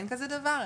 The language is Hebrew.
אין כזה דבר,